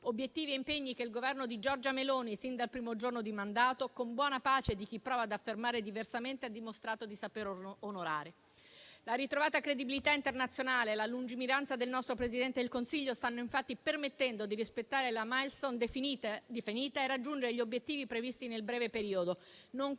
obiettivi e impegni che il Governo di Giorgia Meloni, sin dal primo giorno di mandato, con buona pace di chi prova ad affermare diversamente, ha dimostrato di saper onorare. La ritrovata credibilità internazionale e la lungimiranza del nostro Presidente del Consiglio stanno infatti permettendo di rispettare le *milestone* definite e raggiungere gli obiettivi previsti nel breve periodo, nonché